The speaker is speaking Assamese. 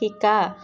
শিকা